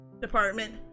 department